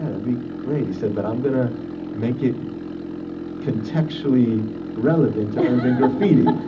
and be great. he said, but i'm going to make it contextually relevant to urban graffiti.